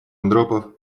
андропов